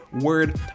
word